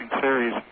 series